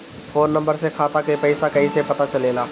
Phone number से खाता के पइसा कईसे पता चलेला?